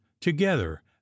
together